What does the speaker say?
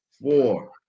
Four